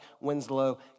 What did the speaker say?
Winslow